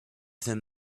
them